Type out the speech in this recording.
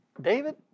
David